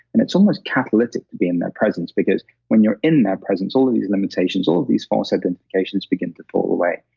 and it's almost catalytic to be in their presence because when you're in their presence, all of these limitations all of these false identifications begin to fall away.